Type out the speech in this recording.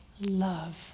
love